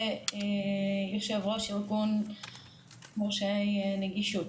ויושב-ראש ארגון מורשי נגישות.